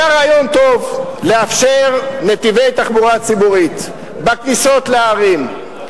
היה רעיון טוב לאפשר נתיבי תחבורה ציבורית בכניסות לערים.